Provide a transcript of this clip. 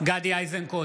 גדי איזנקוט,